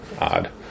odd